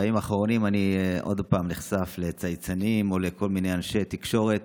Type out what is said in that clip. בימים האחרונים אני נחשף שוב לצייצנים או לכל מיני אנשי תקשורת